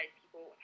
people